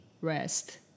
rest